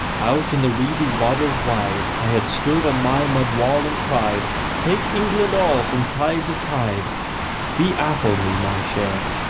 out in the reedy waters wide, i had stood on my mud wall and cried take england all, from tide to tide be athelney my share